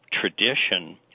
tradition